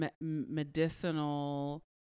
medicinal